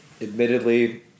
admittedly